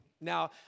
Now